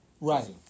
Right